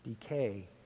decay